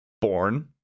born